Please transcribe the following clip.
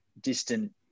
distant